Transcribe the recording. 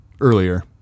earlier